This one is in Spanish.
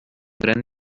gran